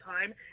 time